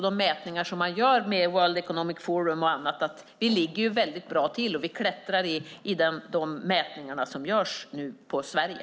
De mätningar som man gör med World Economic Forum visar också att vi ligger väldigt bra till och klättrar i de mätningar som nu görs på Sverige.